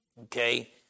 okay